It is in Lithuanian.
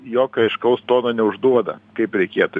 jokio aiškaus tono neužduoda kaip reikėtų